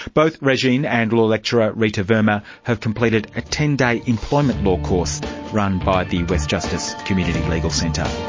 both regine and law lecturer rita verma have completed a ten day employment law course run by the westjustice community legal centre.